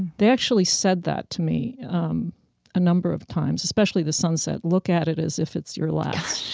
they actually said that to me um a number of times, especially the sunset. look at it as if it's your last